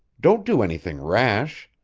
don't do anything rash.